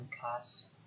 class